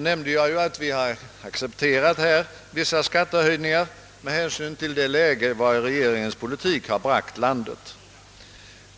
nämnde jag, att vi inom folkpartiet med hänsyn till det läge, vari regeringens politik bragt landet, accepterat vissa skattehöjningar.